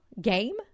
game